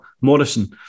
Morrison